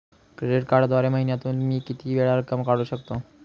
Credit कार्डद्वारे महिन्यातून मी किती वेळा रक्कम काढू शकतो?